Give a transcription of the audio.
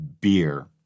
beer